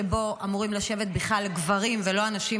שבו אמורים לשבת בכלל גברים ולא הנשים,